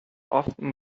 often